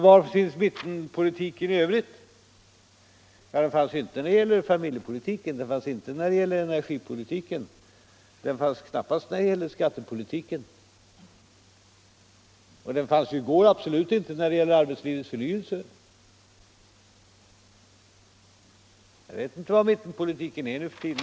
Var finns mittenpolitiken i övrigt? Den fanns inte när det gäller familjepolitiken. Den fanns inte när det gäller energipolitiken. Den fanns knappast när det gäller skattepolitiken. Och den fanns ju i går absolut inte när det gällde arbetslivets förnyelse. Jag vet inte vad mittenpolitiken är nu för tiden.